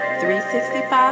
365